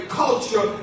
culture